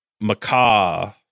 macaw